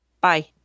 bye